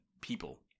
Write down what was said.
people